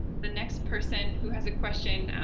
the next person who has a question,